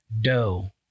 doe